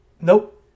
nope